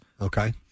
Okay